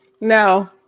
No